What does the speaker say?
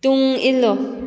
ꯇꯨꯡ ꯏꯜꯂꯨ